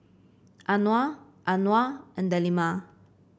Anuar Anuar and Delima